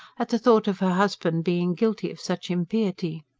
at the thought of her husband being guilty of such impiety.